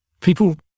people